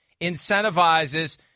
incentivizes